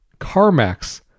CarMax